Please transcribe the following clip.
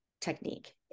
technique